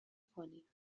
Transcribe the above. کنیم